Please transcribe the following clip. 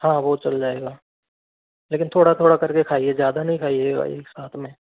हाँ वो चल जायेगा लेकिन थोड़ा थोड़ा करके खाइए ज़्यादा नहीं खाइयेगा एक साथ में